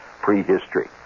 prehistory